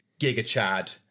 giga-chad